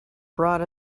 brought